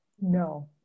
No